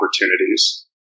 opportunities